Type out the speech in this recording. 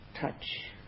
touch